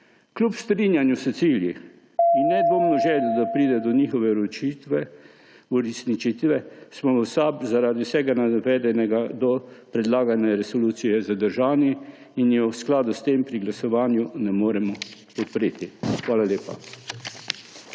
Kljub strinjanju s cilji in nedvomno željo, da pride do njihove uresničitve, smo v SAB zaradi vsega navedenega do predlagane resolucije zadržani in je v skladu s tem pri glasovanju ne moremo podpreti. Hvala lepa.